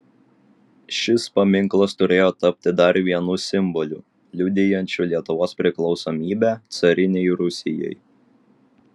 šis paminklas turėjo tapti dar vienu simboliu liudijančiu lietuvos priklausomybę carinei rusijai